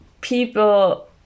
people